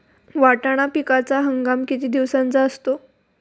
वाटाणा पिकाचा हंगाम किती दिवसांचा असतो?